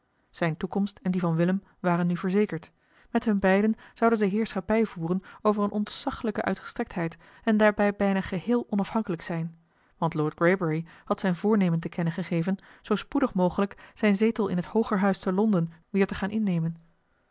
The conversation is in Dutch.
zijne toekomst en die van willem waren nu verzekerd met hun beiden zouden ze heerschappij voeren over eene ontzaglijke uitgestrektheid en daarbij bijna geheel onafhankelijk zijn want lord greybury had zijn voornemen te kennen gegeven zoo spoedig mogelijk zijn zetel in het hoogerhuis te londen weer te gaan innemen